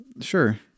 sure